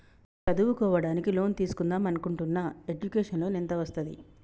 చదువుకోవడానికి లోన్ తీస్కుందాం అనుకుంటున్నా ఎడ్యుకేషన్ లోన్ ఎంత వస్తది?